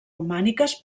romàniques